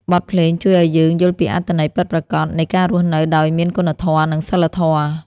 បទភ្លេងជួយឱ្យយើងយល់ពីអត្ថន័យពិតប្រាកដ នៃការរស់នៅដោយមានគុណធម៌ និងសីលធម៌។